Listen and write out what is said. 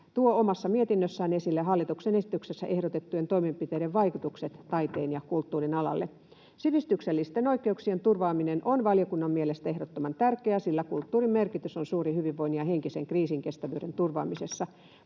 tuo omassa mietinnössään esille hallituksen esityksessä ehdotettujen toimenpiteiden vaikutukset taiteen ja kulttuurin alalle. Sivistyksellisten oikeuksien turvaaminen on valiokunnan mielestä ehdottoman tärkeää, sillä kulttuurin merkitys on suuri hyvinvoinnin ja henkisen kriisinkestävyyden turvaamisessa.